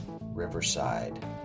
riverside